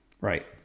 Right